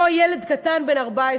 אותו ילד קטן בן 14